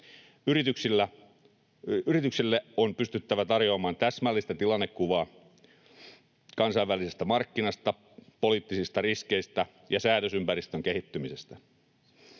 Yrityksille on pystyttävä tarjoamaan täsmällistä tilannekuvaa kansainvälisestä markkinasta, poliittisista riskeistä ja säädösympäristön kehittymisestä.